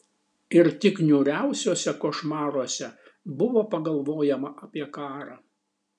ir tik niūriausiuose košmaruose buvo pagalvojama apie karą